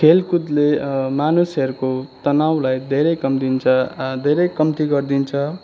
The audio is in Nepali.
खेलकुदले मानुषहरूको तनावलाई धेरै कम दिन्छ धेरै कम्ती गरिदिन्छ